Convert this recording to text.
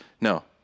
No